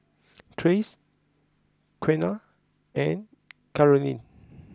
Trace Qiana and Carolyne